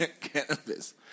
Cannabis